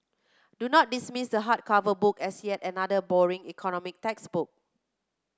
do not dismiss the hardcover book as yet another boring economic textbook